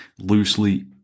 loosely